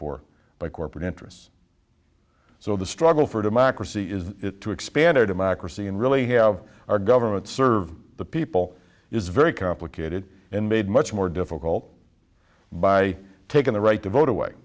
for by corporate interests so the struggle for democracy is to expand our democracy and really have our government serve the people is very complicated and made much more difficult by taking the right to vote away